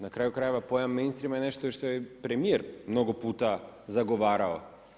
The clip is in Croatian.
Na kraju krajeva pojam mainstreama je nešto što je premijer mnogo puta zagovarao.